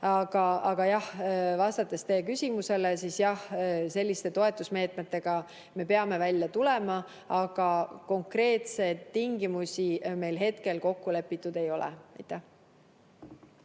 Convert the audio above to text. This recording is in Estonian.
Aga vastates teie küsimusele: jah, selliste toetusmeetmetega me peame välja tulema, aga konkreetseid tingimusi meil hetkel kokku lepitud ei ole. Aitäh!